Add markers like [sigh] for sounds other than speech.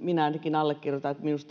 minä ainakin allekirjoitan sen että minusta [unintelligible]